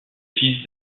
fils